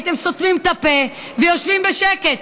הייתם סותמים את הפה ויושבים בשקט.